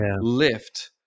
lift